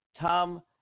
Tom